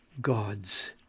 God's